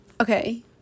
Okay